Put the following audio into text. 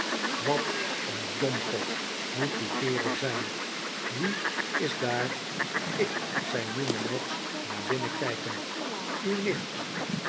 wat een domkop moet die kerel zijn wie is daar ik zei newman noggs naar binnen kijkend uw nicht